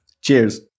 Cheers